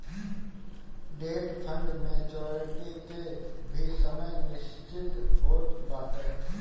debt fund maturity के भी समय निश्चित होत बाटे